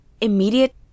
Immediate